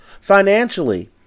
Financially